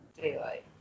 Daylight